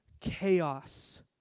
chaos